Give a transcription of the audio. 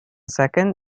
second